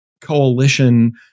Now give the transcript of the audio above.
coalition